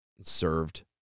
Served